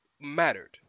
mattered